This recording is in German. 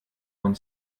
von